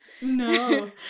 No